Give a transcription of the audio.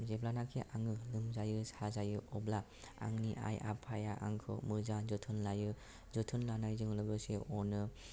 जेब्लानोखि आङो लोमजायो साजायो अब्ला आंनि आइ आफाया आंखौ मोजां जोथोन लायो जोथोन लानायजों लोगोसे अनो